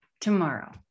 tomorrow